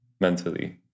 mentally